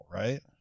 right